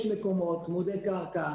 יש מקומות צמודי קרקע